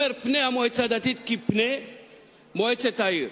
אומר: פני המועצה הדתית כפני מועצת העיר.